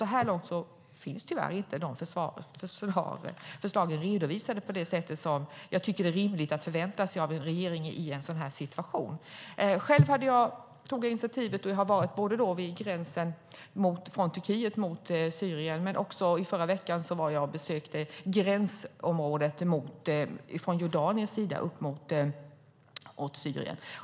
Så här långt finns tyvärr inte förslagen redovisade som jag tycker att det är rimligt att förvänta sig av en regering i en sådan här situation. Själv har jag tagit initiativ till att besöka gränsen mellan Turkiet och Syrien, och i förra veckan besökte jag gränsområdet mellan Jordanien upp mot Syrien.